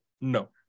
No